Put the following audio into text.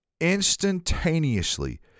instantaneously